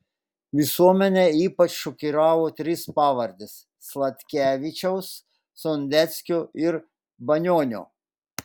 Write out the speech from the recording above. visuomenę ypač šokiravo trys pavardės sladkevičiaus sondeckio ir banionio